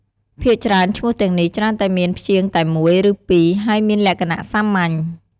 ភាគច្រើនឈ្មោះទាំងនេះច្រើនតែមានព្យាង្គតែមួយ ឬពីរ ហើយមានលក្ខណៈសាមញ្ញ។